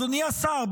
אדוני השר,